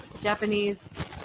Japanese